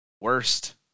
Worst